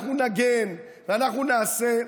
ואנחנו נגן ואנחנו נעשה,